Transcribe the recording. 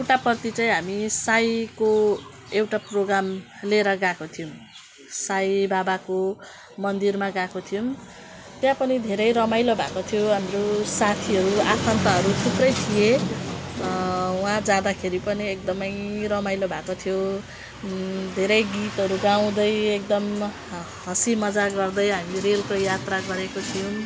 पुट्टपर्थी चाहिँ हामी साईको एउटा प्रोग्राम लिएर गएको थियौँ साई बाबाको मन्दिरमा गएको थियौँ त्यहाँ पनि धेरै रमाइलो भएको थियो हाम्रो साथीहरू आफन्तहरू थुप्रै थिए वहाँ जाँदाखेरि पनि एकदमै रमाइलो भएको थियो धेरै गीतहरू गाउँदै एकदम ह हँसी मजाक गर्दै हामी रेलको यात्रा गरेको थियौँ